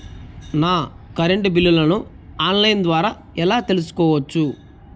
నా కరెంటు బిల్లులను online ద్వారా ఎలా తెలుసుకోవచ్చు?